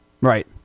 Right